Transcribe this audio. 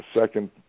second